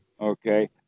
Okay